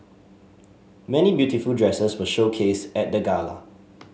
many beautiful dresses were showcased at the gala